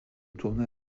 tourna